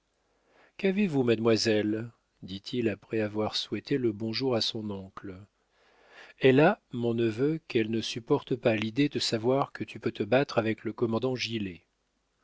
qu'avez-vous mademoiselle dit-il après avoir souhaité le bonjour à son oncle elle a mon neveu qu'elle ne supporte pas l'idée de savoir que tu peux te battre avec le commandant gilet